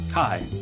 Hi